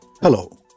Hello